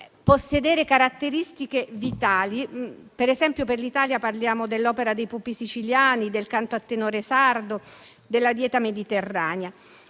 possedere caratteristiche vitali; per l'Italia, ad esempio, parliamo dell'opera dei pupi siciliani, del canto a tenore sardo, della dieta mediterranea.